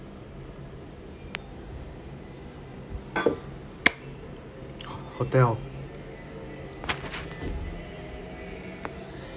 h~ hotel